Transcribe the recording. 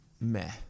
meh